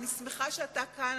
אני שמחה שאתה כאן.